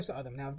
Now